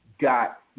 got